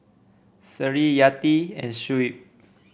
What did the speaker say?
Seri Yati and Shuib